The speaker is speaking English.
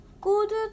good